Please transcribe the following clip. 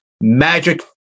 magic